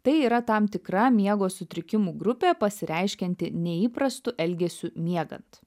tai yra tam tikra miego sutrikimų grupė pasireiškianti neįprastu elgesiu miegant